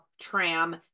tram